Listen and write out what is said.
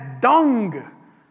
dung